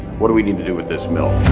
what do we need to do with this mill?